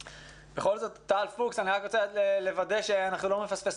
אני רק רוצה לוודא, טל פוקס